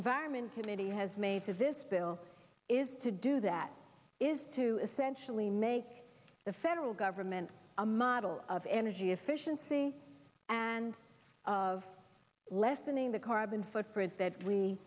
environment committee has made to this bill is to do that is to essentially make the federal government a model of energy efficiency and of lessening the carbon footprint that we